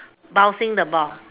bouncing the ball